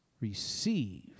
receive